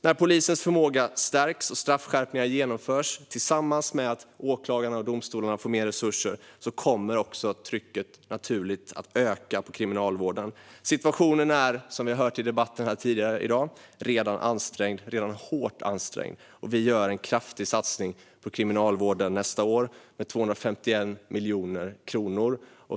När polisens förmåga stärks och straffskärpningar genomförs, tillsammans med att åklagarna och domstolarna får mer resurser, kommer trycket också att öka på Kriminalvården. Situationen är, som vi har hört i debatten här tidigare i dag, redan hårt ansträngd. Vi gör en kraftig satsning på Kriminalvården nästa år med 251 miljoner kronor.